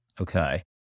Okay